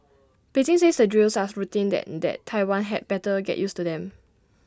Beijing says the drills us routine that that Taiwan had better get used to them